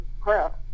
crap